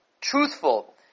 truthful